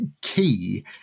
key